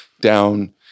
down